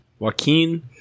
Joaquin